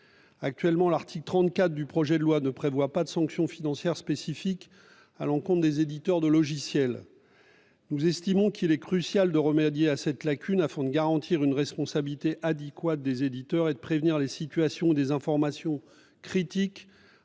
Actuellement, l'article 34 de ce projet de loi ne prévoit pas de sanctions financières spécifiques à l'encontre des éditeurs de logiciels. Nous estimons qu'il est crucial de remédier à cette lacune, afin de garantir une responsabilité adéquate des éditeurs et de prévenir les situations où des informations critiques